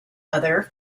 other